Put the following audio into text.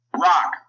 Rock